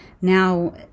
Now